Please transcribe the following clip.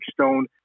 Stone